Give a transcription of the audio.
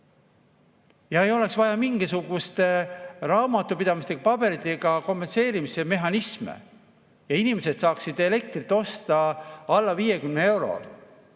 Ei oleks vaja mingisuguste raamatupidamislike paberitega kompenseerimismehhanisme ja inimesed saaksid elektrit osta alla 50 euro.